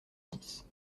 dix